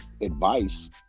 advice